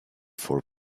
for